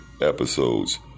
episodes